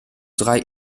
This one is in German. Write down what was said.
drei